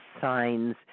signs